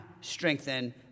strengthen